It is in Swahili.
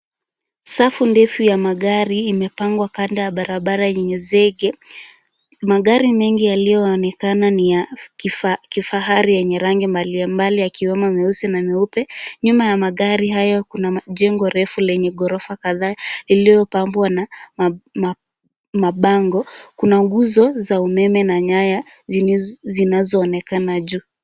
Safu ndefu ya magari imepangwa kando ya barabara yenye nzike. Magari mengi yaliyoonekana ni ya kifaa, kifahari yenye rangi mbalimbali, akiwemo meusi na meupe. Nyuma ya magari hayo kuna maa, jengo refu lenye gorofa kadhaa lililopambwa na ma, maa, mabango. Kuna nguzo za meme na nyaya zinizo, zinazoonekana juu.